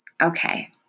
Okay